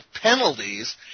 penalties